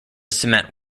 cement